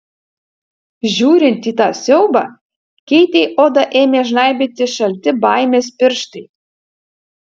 žiūrint į tą siaubą keitei odą ėmė žnaibyti šalti baimės pirštai